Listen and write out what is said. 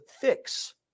fix